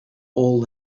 all